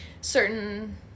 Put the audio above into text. certain